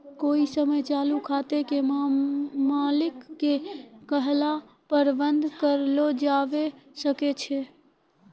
कोइ समय चालू खाते के मालिक के कहला पर बन्द कर लो जावै सकै छै